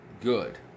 good